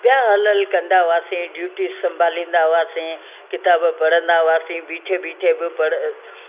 पिया हलु हलु कंदा हुआसीं ड्यूटी संभालींदा हुआसीं किताब पढ़न्दा हुआसीं बीठे बीठे बि पढ़